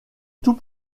tout